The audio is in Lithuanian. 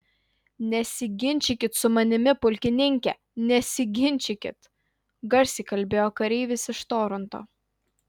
nesiginčykit su manimi pulkininke nesiginčykit garsiai kalbėjo kareivis iš toronto